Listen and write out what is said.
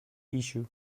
issue